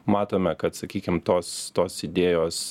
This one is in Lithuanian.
matome kad sakykim tos tos idėjos